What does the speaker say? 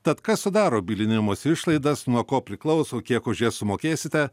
tad kas sudaro bylinėjimosi išlaidas nuo ko priklauso kiek už jas sumokėsite